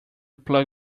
plug